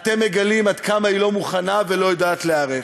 אתם מגלים עד כמה היא לא מוכנה ולא יודעת להיערך.